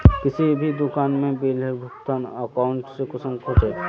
किसी भी दुकान में बिलेर भुगतान अकाउंट से कुंसम होचे?